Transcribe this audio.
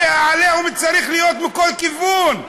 הרי ה"עליהום" צריך להיות מכל כיוון.